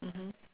mmhmm